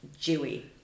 Jewy